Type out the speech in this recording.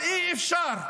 אבל אי- אפשר,